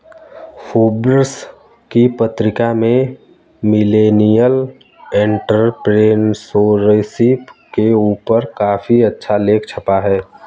Forbes की पत्रिका में मिलेनियल एंटेरप्रेन्योरशिप के ऊपर काफी अच्छा लेख छपा है